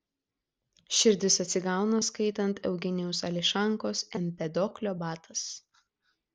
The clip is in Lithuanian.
širdis atsigauna skaitant eugenijaus ališankos empedoklio batas